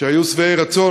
שהיו שבעי רצון,